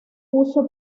uso